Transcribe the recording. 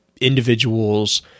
individuals